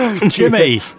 Jimmy